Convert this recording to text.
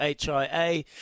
HIA